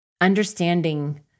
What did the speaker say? understanding